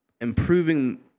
improving